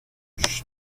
chut